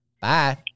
Bye